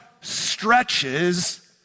stretches